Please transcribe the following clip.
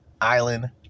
Island